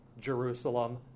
Jerusalem